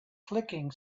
clicking